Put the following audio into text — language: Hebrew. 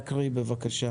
נא להקריא בבקשה.